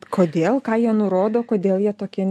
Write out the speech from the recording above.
kodėl ką jie nurodo kodėl jie tokie